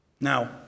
Now